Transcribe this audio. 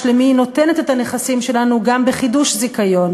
למי היא נותנת את הנכסים שלנו גם בחידוש זיכיון,